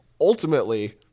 ultimately